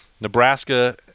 Nebraska